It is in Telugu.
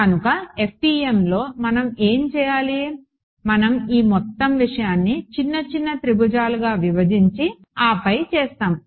కనుక FEMలో మనం ఏమి చేయాలి మనం ఈ మొత్తం విషయాన్ని చిన్న చిన్న త్రిభుజాలుగా విభజించి ఆపై చేస్తాము